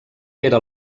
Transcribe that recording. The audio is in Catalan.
era